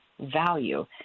value